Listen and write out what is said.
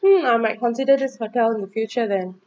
hmm I might consider this hotel in the future then